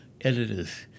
editors